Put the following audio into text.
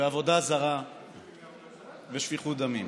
עבודה זרה ושפיכות דמים.